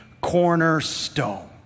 cornerstone